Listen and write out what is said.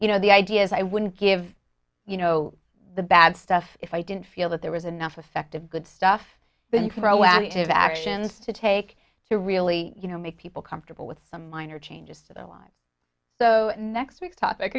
you know the idea is i wouldn't give you know the bad stuff if i didn't feel that there was enough effective good stuff but you can grow out of actions to take to really you know make people comfortable with some minor changes to their lives so next week's topic